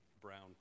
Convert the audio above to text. brown